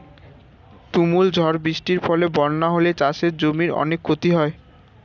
তুমুল ঝড় বৃষ্টির ফলে বন্যা হলে চাষের জমির অনেক ক্ষতি হয়